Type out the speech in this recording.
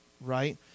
right